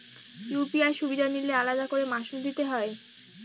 UPI সুবিধা নিলে আলাদা করে মাসুল দিতে হয়?